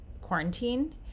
quarantine